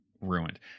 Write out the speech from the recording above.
ruined